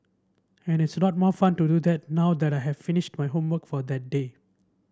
and it's a lot more fun to do that now that I have finished my homework for that day